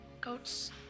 Goats